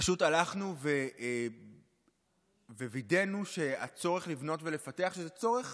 פשוט הלכנו ווידאנו שהצורך לבנות ולפתח, שזה צורך